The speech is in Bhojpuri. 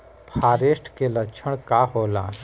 फारेस्ट के लक्षण का होला?